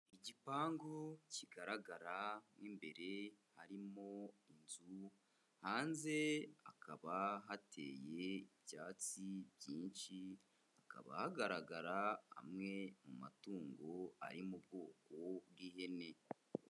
Igipangu kigaragara mo imbere harimo inzu, hanze hakaba hateye ibyatsi byinshi hakaba hagaragara amwe mu matungo ari mu bwoko bw'ihene.